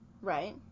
Right